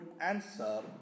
answer